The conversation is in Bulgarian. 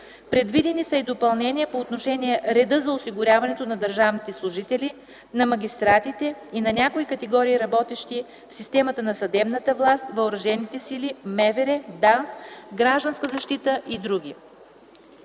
Предвидени са и допълнения по отношение реда за осигуряването на държавните служители, на магистратите и на някои категории работещи в системата на съдебната власт, въоръжените сили, Министерството на вътрешните работи,